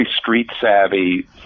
street-savvy